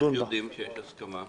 איך יודעים שיש הסכמה?